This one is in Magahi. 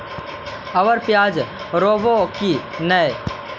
अबर प्याज रोप्बो की नय?